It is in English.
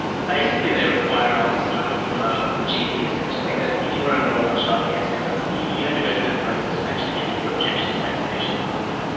basically they require um sign-off from a gp essentially that if you want to enrol in a childcare centre, you have to go through the process of actually getting your objection to vaccination recorded.